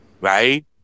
right